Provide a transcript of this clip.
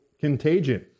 contagion